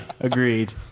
Agreed